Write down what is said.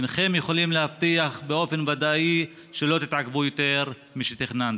אינכם יכולים להבטיח באופן ודאי שלא תתעכבו יותר משתכננתם.